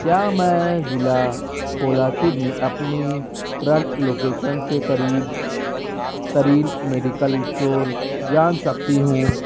کیا میں ضلع کولاسیب میں اپنی کرنٹ لوکیشن سے قریب ترین میڈیکل اسٹور جان سکتی ہوں